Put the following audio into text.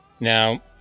Now